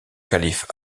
calife